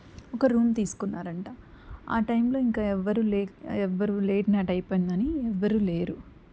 ఒక రూమ్ తీసుకున్నారంట ఆ టైంలో ఇంకా ఎవ్వరూ లే ఎవ్వరూ లేట్ నైట్ అయిపోయిందని ఎవ్వరూ లేరు